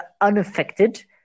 unaffected